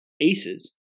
Aces